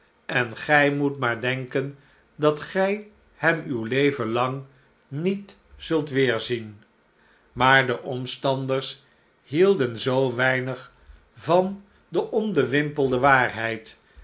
en gij moet maar denken dat gij hem uw leven lang niet zult weerzien maar de omstanders hielden zoo weinig van de onbewimpelde waarheid